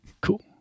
cool